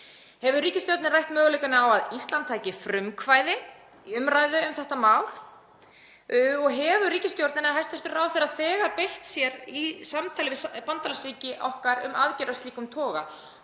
Hefur ríkisstjórnin rætt möguleikana á að Ísland taki frumkvæði í umræðu um þetta mál? Hefur ríkisstjórnin eða hæstv. ráðherra þegar beitt sér í samtali við bandalagsríki okkar um aðgerðir af slíkum toga?